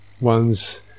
one's